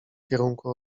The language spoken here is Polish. kierunku